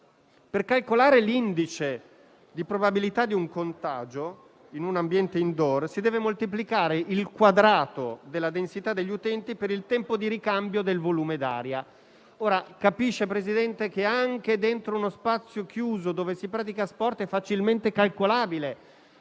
Per calcolare l'indice di probabilità di un contagio in un ambiente *indoor* si deve moltiplicare il quadrato della densità degli utenti per il tempo di ricambio del volume d'aria. Ora, signor Presidente, si comprenderà che anche dentro uno spazio chiuso dove si pratica sport è facilmente calcolabile